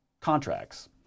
contracts